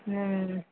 हम